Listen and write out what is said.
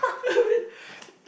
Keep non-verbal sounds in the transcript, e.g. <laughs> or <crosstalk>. <laughs> I mean